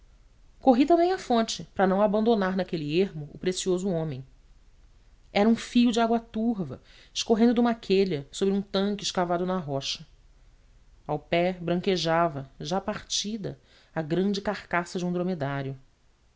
corri também à fonte para não abandonar naquele ermo o precioso homem era um fio de água turva escorrendo de uma quelha sobre um tanque escavado na rocha ao pé branquejava já tida a grande carcaça de um dromedário